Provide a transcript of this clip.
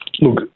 Look